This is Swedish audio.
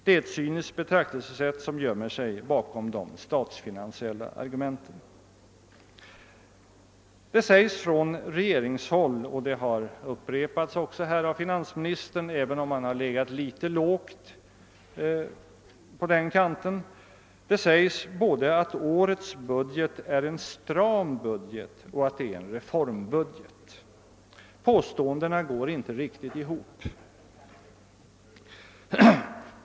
Det är ett cyniskt betraktelsesätt som gömmer sig bakom de statsfinansiella argumenten. Det sägs från regeringshåll, och det har upprepats här av finansministern att årets budget är en stram budget och att den är en reformbudget. Påståendena går inte riktigt ihop.